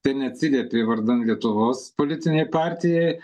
tai neatsiliepė vardan lietuvos politinei partijai